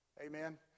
Amen